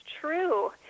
true